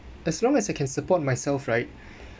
as long as I can support myself right